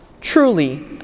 Truly